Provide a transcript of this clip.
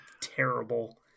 Terrible